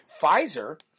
Pfizer